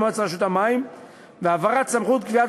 למועצת רשות המים והעברת סמכות קביעת